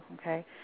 okay